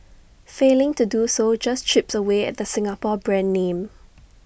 failing to do so just chips away at the Singapore brand name